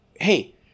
hey